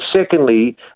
secondly